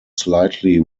slightly